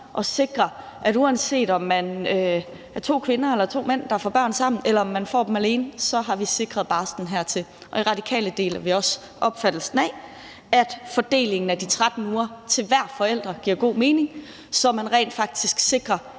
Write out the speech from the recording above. om det drejer sig om to kvinder eller to mænd, der får børn sammen, eller man får dem alene. I Radikale Venstre deler vi også opfattelsen af, at fordelingen af de 13 uger til hver forælder giver god mening, så man rent faktisk sikrer